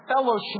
fellowship